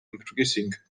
increasing